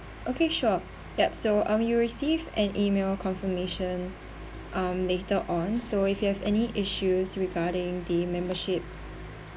okay sure yup so um you'll receive an email confirmation um later on so if you have any issues regarding the membership